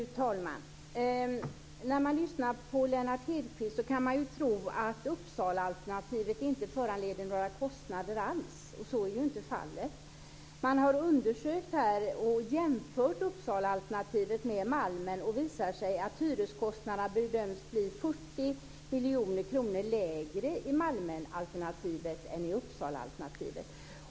Fru talman! När man lyssnar på Lennart Hedquist kan man tro att Uppsalaalternativet inte föranleder några kostnader alls. Så är ju inte fallet. Man har undersökt och jämfört Uppsalaalternativet med Malmen, och det visar sig då att hyreskostnaderna bedöms bli 40 miljoner kronor lägre i Malmenalternativet än i Uppsalaalternativet.